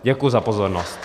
Děkuji za pozornost.